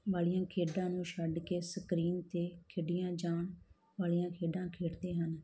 ਵਾਲੀਆਂ ਖੇਡਾਂ ਨੂੰ ਛੱਡ ਕੇ ਸਕਰੀਨ 'ਤੇ ਖੇਡੀਆਂ ਜਾਣ ਵਾਲੀਆਂ ਖੇਡਾਂ ਖੇਡਦੇ ਹਨ